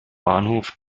bahnhof